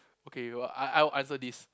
okay you'll I I'll answer this